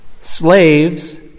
Slaves